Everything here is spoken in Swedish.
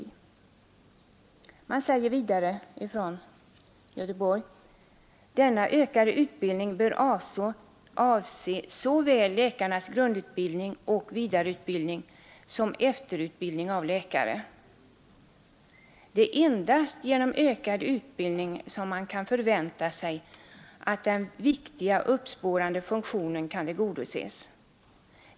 Man säger vidare från fakulteten i Göteborg: ”Denna ökade utbildning bör avse såväl läkarnas grundutbildning och vidareutbildning som efterutbildning av läkare. Det är endast genom ökad utbildning som man kan förvänta sig att den viktiga uppspårande funktionen kan tillgodoses.